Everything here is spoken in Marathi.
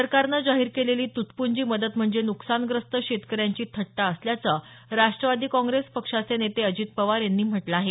सरकारनं जाहीर केलेली तुटपूंजी मदत म्हणजे नुकसानग्रस्त शेतकऱ्यांची थट्टा असल्याचं राष्ट्रवादी काँग्रेस पक्षाचे नेते अजित पवार यांनी म्हटलं आहे